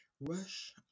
rush